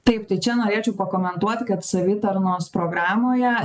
taip tai čia norėčiau pakomentuoti kad savitarnos programoje